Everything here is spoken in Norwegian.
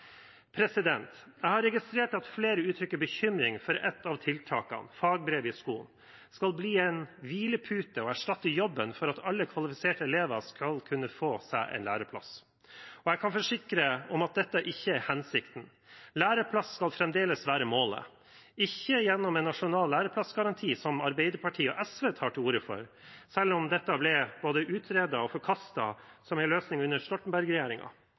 Jeg har registrert at flere uttrykker bekymring for at et av tiltakene, fagbrev i skolen, skal bli en hvilepute og erstatte jobben for at alle kvalifiserte elever skal kunne få seg en læreplass, og jeg kan forsikre om at dette ikke er hensikten. Læreplass skal fremdeles være målet, ikke gjennom en nasjonal læreplassgaranti, som Arbeiderpartiet og SV tar til orde for – selv om dette ble både utredet og forkastet som en løsning under